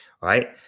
right